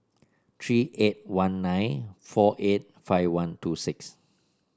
three eight one nine four eight five one two six